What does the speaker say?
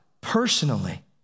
personally